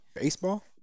Baseball